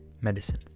medicine